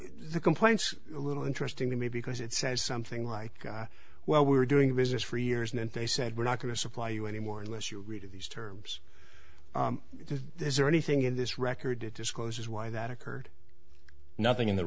the complaints a little interesting to me because it says something like well we were doing business for years and they said we're not going to supply you anymore unless you read of these terms there's anything in this record it discloses why that occurred nothing in the